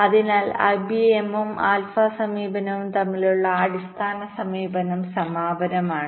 അതിനാൽ ഐബിഎമ്മും ആൽഫാ സമീപനവും തമ്മിലുള്ള അടിസ്ഥാന സമീപനം സമാനമാണ്